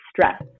stress